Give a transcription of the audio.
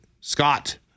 Scott